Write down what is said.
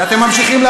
למוחלשים.